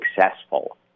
successful